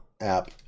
app